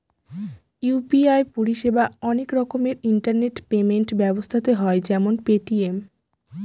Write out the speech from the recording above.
UPI পরিষেবা অনেক রকমের ইন্টারনেট পেমেন্ট ব্যবস্থাতে হয় যেমন পেটিএম